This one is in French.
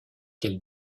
quel